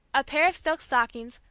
a pair of silk stockings,